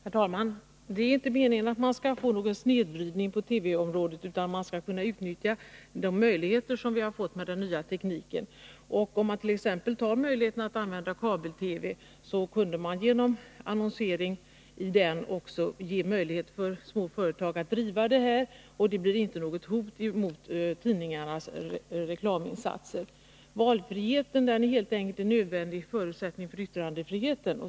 Herr talman! Meningen är inte att det skall bli någon snedvridning på radiooch TV-området, utan att man skall kunna utnyttja möjligheterna med den nya tekniken. När det gäller exempelvis kabel-TV kunde man genom att tillåta annonsering möjliggöra för små företag att utnyttja denna inom sitt närområde. Det blir då inte något hot emot tidningarnas reklaminsatser. Valfriheten är helt enkelt en nödvändig förutsättning för yttrandefriheten.